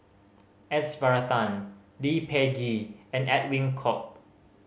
S Varathan Lee Peh Gee and Edwin Koek